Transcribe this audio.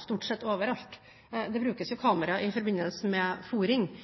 stort sett er kamera overalt. Det brukes jo kamera i forbindelse med